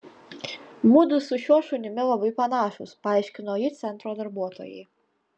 mudu su šiuo šunimi labai panašūs paaiškino ji centro darbuotojai